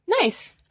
Nice